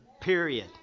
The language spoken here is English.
Period